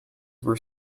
were